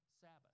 Sabbath